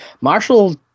Marshall